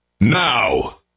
now